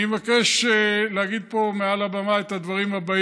אני מבקש להגיד פה מעל הבמה את הדברים האלה: